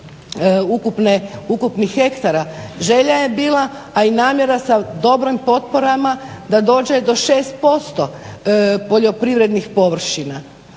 ukupnih hektara. Želja je bila, a i namjera sa dobrim potporama da dođe do 6% poljoprivrednih površina.